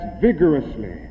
vigorously